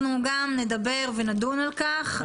נדבר ונדון על כך.